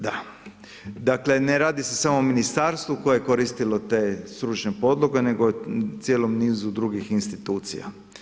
Da, dakle ne radi se samo o ministarstvu, koje je koristilo te stručne podloge, nego o cijelom nizu drugih institucija.